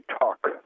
talk